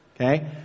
okay